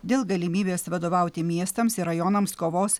dėl galimybės vadovauti miestams ir rajonams kovos